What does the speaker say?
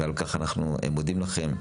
ועל כך אנחנו מודים לכם.